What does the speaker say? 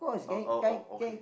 oh oh oh okay